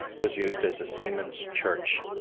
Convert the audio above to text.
was used as a seaman's church.